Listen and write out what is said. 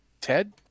Ted